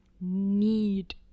need